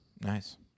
Nice